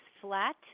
flat